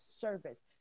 service